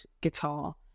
guitar